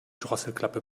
drosselklappe